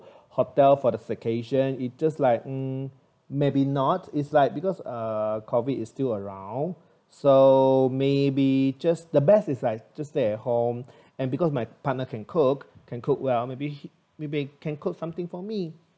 hotel for the staycation it just like um maybe not is like because uh COVID is still around so maybe just the best is like just stay at home and because my partner can cook can cook well maybe maybe can cook something for me